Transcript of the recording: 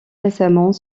récemment